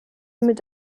mit